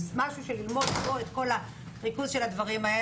שנוכל ללמוד ממנו את כל הריכוז של הדברים.